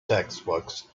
textbooks